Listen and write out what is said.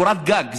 קורת גג.